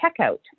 checkout